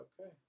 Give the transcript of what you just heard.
Okay